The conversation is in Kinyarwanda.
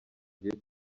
gihe